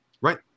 Right